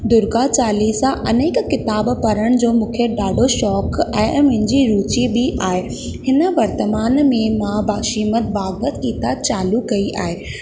दुर्गा चालीसा अनेक किताब पढ़ण जो मूंखे ॾाढो शौक़ु आहे ऐं मुंहिंजी रुचि बि आहे हिन वर्तमान में मां भाश्रीमत भागवत गीता चालू कई आहे